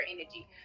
energy